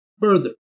Further